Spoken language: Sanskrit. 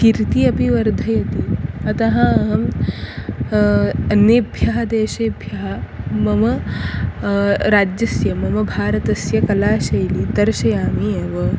कीर्तिम् अपि वर्धयति अतः अहम् अन्येभ्यः देशेभ्यः मम राज्यस्य मम भारतस्य कलाशैलीं दर्शयामि एव